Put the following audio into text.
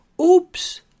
Oops